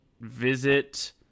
visit